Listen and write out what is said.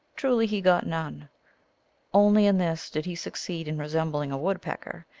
truly he got none only in this did he succeed in resem bling a woodpecker,